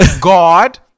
God